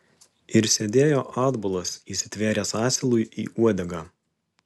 ir sėdėjo atbulas įsitvėręs asilui į uodegą